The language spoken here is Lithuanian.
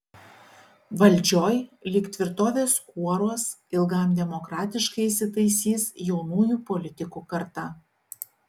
valdžioj lyg tvirtovės kuoruos ilgam demokratiškai įsitaisys jaunųjų politikų karta